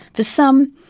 for some,